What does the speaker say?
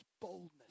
boldness